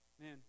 Man